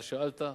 אתה שאלת,